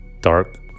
dark